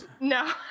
no